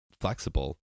flexible